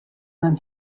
than